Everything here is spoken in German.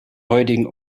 heutigen